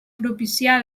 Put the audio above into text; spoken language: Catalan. propiciar